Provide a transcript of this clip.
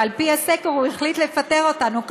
ועל פי הסקר הוא החליט לפטר אותנו.